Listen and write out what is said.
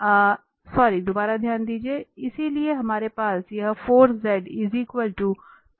तो हमारे पास यह है